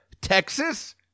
Texas